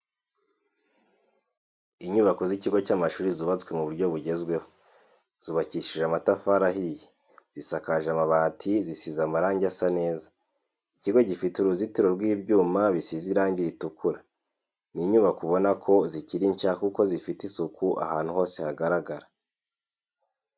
Inyubako z'ikigo cy'amashuri zubatse mu buryo bugezweho, zubakishije amatafari ahiye, zisakaje amabati, zisize amarange asa neza, ikigo gifite uruzitiro rw'ibyuma bisize irangi ritukura. Ni inyubako ubona ko zikiri nshya kuko zifite isuku ahantu hose hagaragara.